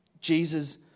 Jesus